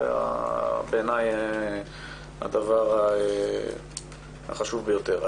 זה בעיניי הדבר החשוב ביותר.